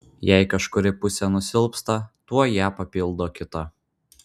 jei kažkuri pusė nusilpsta tuoj ją papildo kita